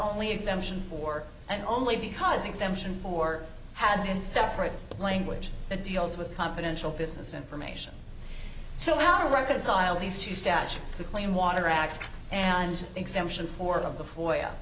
only exemption or and only because exemption or had this separate language that deals with confidential business information so how to reconcile these two statutes the clean water act and exemption for of the fo